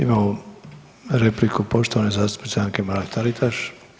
Imamo repliku poštovane zastupnice Anke Mrak-Taritaš.